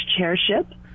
chairship